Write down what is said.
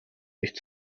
nicht